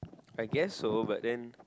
I guess so but then